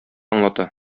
аңлата